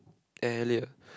Eliot